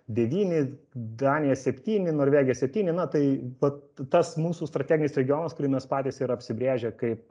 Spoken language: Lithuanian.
devyni danija septyni norvegija septyni na tai vat tas mūsų strateginis regionas kurį mes patys ir apsibrėžę kaip